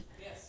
Yes